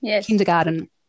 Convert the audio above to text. kindergarten